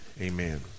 amen